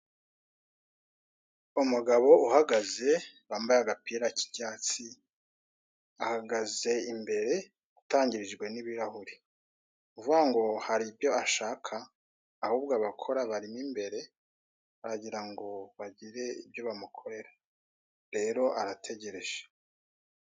Umugabo uhagaze wambaye agapira k'icyatsi, ahagaze imbere ahatangirijwe n'ibirahuri ni ukuvuga ngo hari ibyo ashaka, ahubwo abakora barimo imbere aragira ngo bagire ibyo bamukorera rero arategereje.